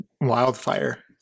wildfire